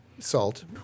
Salt